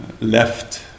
left